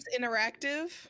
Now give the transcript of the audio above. Interactive